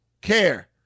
care